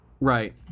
right